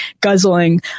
guzzling